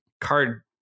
card